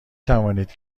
توانید